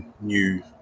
new